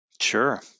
Sure